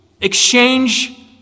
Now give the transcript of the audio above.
exchange